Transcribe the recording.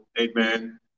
amen